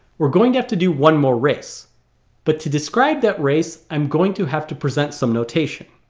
we're going to have to do one more race but to describe that race i'm going to have to present some notation